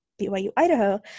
BYU-Idaho